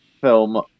film